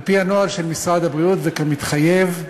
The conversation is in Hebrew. על-פי הנוהל של משרד הבריאות, וכמתחייב,